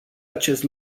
acest